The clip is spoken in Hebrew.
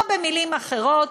או במילים אחרות,